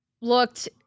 looked